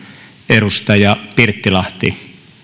edustaja pirttilahti